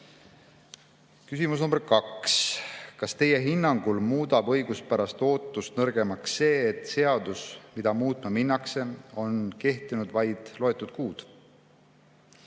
nr 2: "Kas teie hinnangul muudab õiguspärast ootust nõrgemaks see, et seadus, mida muutma minnakse, on kehtinud vaid loetud kuud?"